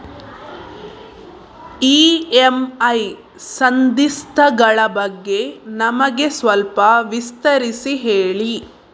EMI ಸಂಧಿಸ್ತ ಗಳ ಬಗ್ಗೆ ನಮಗೆ ಸ್ವಲ್ಪ ವಿಸ್ತರಿಸಿ ಹೇಳಿ